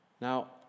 now